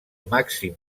màxim